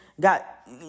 got